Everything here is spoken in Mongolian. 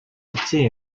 эзэн